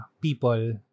people